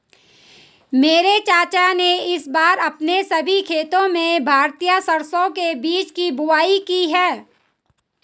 मेरे चाचा ने इस बार अपने सभी खेतों में भारतीय सरसों के बीज की बुवाई की है